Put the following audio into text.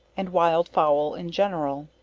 and wild fowl in general.